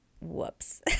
whoops